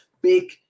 big